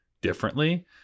differently